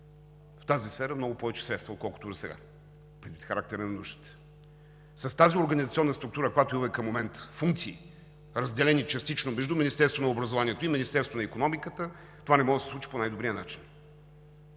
в тази сфера много повече средства, отколкото досега, предвид характера на нуждите. С тази организационна структура, която имаме към момента – функции, разделени частично между Министерството на образованието и Министерството на икономиката, това не може да се случи по най-добрия начин.